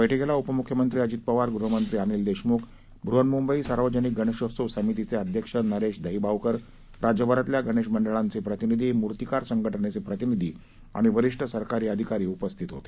बैठकीला उपमुख्यमंत्री अजित पवार गृह मंत्री अनिल देशमुख ब्रहन्मुंबई सार्वजनिक गणेशोत्सव समितीचे अध्यक्ष नरेश दहीबावकर राज्यभरातल्या गणेश मंडळांचे प्रतिनिधी मूर्तिकार संघटनेचे प्रतिनिधी आणि वरीष्ठ सरकारी अधिकारी उपस्थित होते